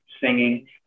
singing